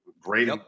great